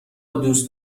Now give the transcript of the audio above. دوست